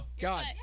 God